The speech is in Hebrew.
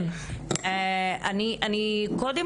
אני חייבת